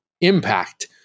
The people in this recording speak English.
impact